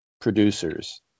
producers